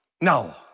Now